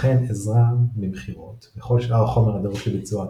הכן עזרה במכירות וכל שאר החומר הדרוש לביצוע התוכנית.